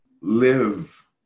live